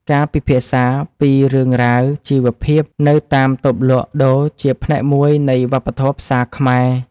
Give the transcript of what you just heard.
ការពិភាក្សាពីរឿងរ៉ាវជីវភាពនៅតាមតូបលក់ដូរជាផ្នែកមួយនៃវប្បធម៌ផ្សារខ្មែរ។